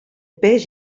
peix